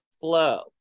flow